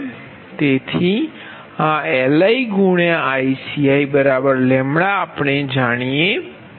તેથી આ LiICiλ આપણે જાણીએ છીએ